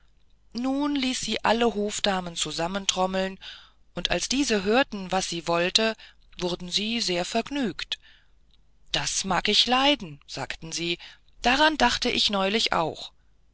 nun ließ sie alle hofdamen zusammentrommeln und als diese hörten was sie wollte wurden sie sehr vergnügt das mag ich leiden sagten sie daran dachte ich neulich auch